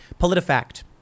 PolitiFact